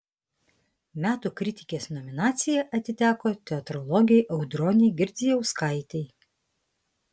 metų kritikės nominacija atiteko teatrologei audronei girdzijauskaitei